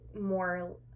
more